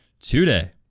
today